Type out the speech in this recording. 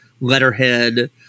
letterhead